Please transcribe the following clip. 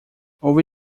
ouvi